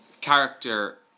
character